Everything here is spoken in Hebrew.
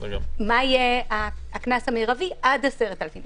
לקבוע מה יהיה הקנס המרבי עד 10,000 ש"ח.